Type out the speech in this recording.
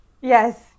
Yes